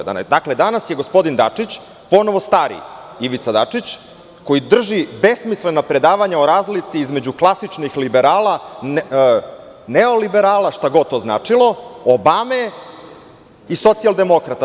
Danas je gospodin Dačić ponovo stari Ivica Dačić, koji drži besmislena predavanja o razlici između klasičnih liberala, neoliberala, šta god to značilo, Obame i socijaldemokrata.